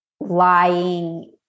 lying